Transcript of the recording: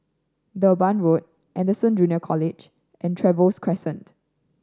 Durban Road Anderson Junior College and Trevose Crescent